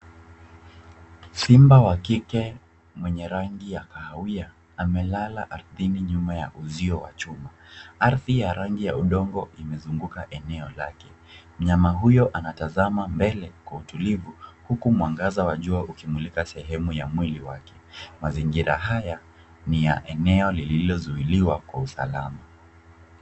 Simba wa kike mwenye rangi ya kahawia, amelala ardhini nyuma ya uzio wa chuma. Ardhi ya rangi ya udongo imezunguka eneo lake. Mnyama huyo anatazama mbele kwa utulivu, huku mwangaza wa jua ukimulika sehemu ya mwili wake. Mazingira haya ni ya eneo lililozuiliwa kwa usalama.